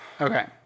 Okay